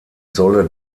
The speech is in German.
solle